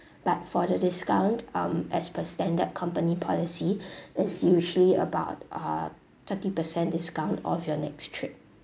but for the discount um as per standard company policy it's usually about uh thirty percent off your next trip